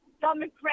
Democrats